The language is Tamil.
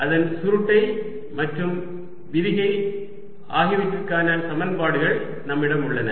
அதன் சுருட்டை மற்றும் விரிகை ஆகியவற்றிற்கான சமன்பாடுகள் நம்மிடம் உள்ளன